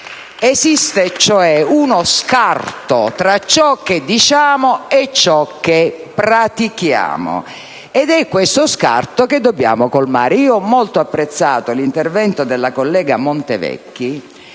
cioè, uno scarto tra ciò che diciamo e ciò che pratichiamo ed è questo scarto che dobbiamo colmare. Ho molto apprezzato l'intervento della collega Montevecchi